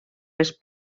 les